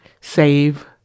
save